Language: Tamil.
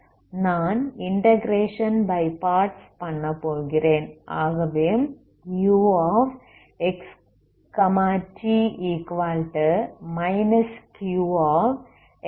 நான் இன்டகிரேஷன் பை பார்ட்ஸ் பண்ண போகிறேன்